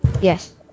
Yes